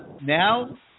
now